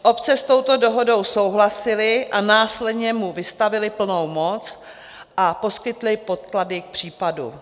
Obce s touto dohodou souhlasily a následně mu vystavily plnou moc a poskytly podklady k případu.